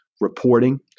reporting